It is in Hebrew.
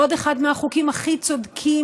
עוד אחד מהחוקים הכי צודקים,